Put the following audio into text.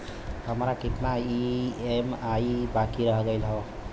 हमार कितना ई ई.एम.आई बाकी रह गइल हौ?